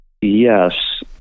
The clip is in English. yes